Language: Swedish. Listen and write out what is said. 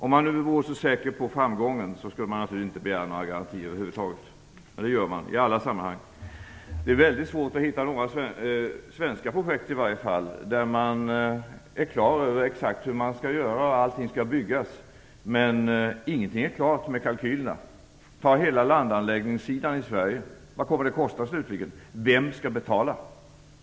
Om man vore så säker på framgången skulle man naturligtvis inte begära några garantier över huvud taget, men det gör man i alla sammanhang. Det är svårt att hitta några svenska projekt där man är klar över exakt hur man skall göra och hur allting skall byggas utan att kalkylerna är klara. Vad kommer t.ex. hela landanläggningen i Sverige att kosta? Vem skall betala?